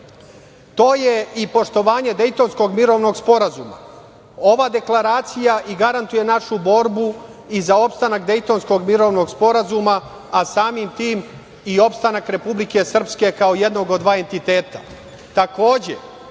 To je i poštovanje Dejtonskog mirovnog sporazuma. Ova deklaracija i garantuje našu borbu i za opstanak Dejtonskog mirovnog sporazuma, a samim tim i opstanak Republike Srpske, kao jednog od dva entiteta.